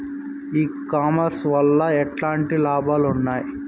ఈ కామర్స్ వల్ల ఎట్లాంటి లాభాలు ఉన్నాయి?